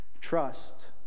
Trust